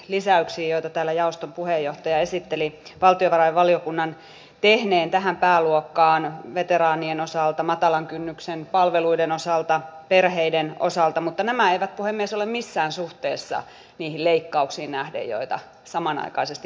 lisäyksiä joita täällä jaoston puheenjohtaja esitteli valtiovarainvaliokunnan tehneen minusta nuorisotakuuta voi kritisoida siitä että iso osa toimenpiteistä kohdistui nuoriin jotka eivät puhemies ole missään suhteessa leikkauksiin nähden joita samanaikaisesti